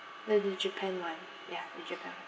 no the japan [one] ya the japan [one]